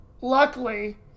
luckily